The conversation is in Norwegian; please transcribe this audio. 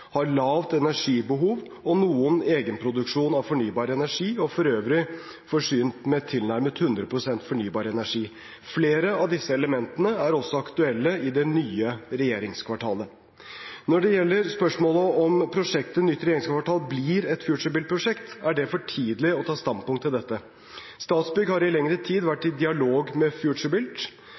har lavt energibehov og noe egenproduksjon av fornybar energi og for øvrig forsynes med tilnærmet 100 pst. fornybar energi. Flere av disse elementene er også aktuelle i det nye regjeringskvartalet. Når det gjelder spørsmålet om prosjektet nytt regjeringskvartal blir et FutureBuilt-prosjekt, er det for tidlig å ta standpunkt til dette. Statsbygg har i lengre tid vært i dialog med